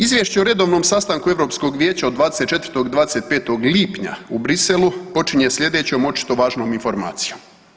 Izvješće o redovnom sastanku Europskog vijeća od 24. i 25. lipnja u Bruxellesu počinje slijedećom očito važnom informacijom.